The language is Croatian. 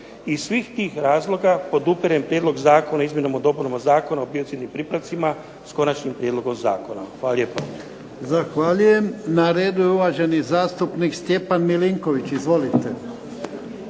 Iz svih tih razloga podupirem prijedlog Zakona o izmjenama i dopunama Zakona o biocidnim pripravcima s konačnim prijedlogom zakona. Hvala lijepa. **Jarnjak, Ivan (HDZ)** Zahvaljujem. Na redu je uvaženi zastupnik Stjepan Milinković, izvolite.